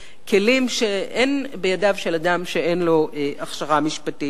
כלים שאין בידיו של אדם שאין לו הכשרה משפטית.